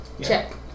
check